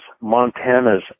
Montana's